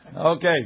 Okay